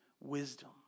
wisdom